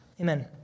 Amen